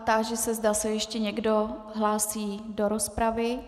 Táži se, zda se ještě někdo hlásí do rozpravy.